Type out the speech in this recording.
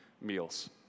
meals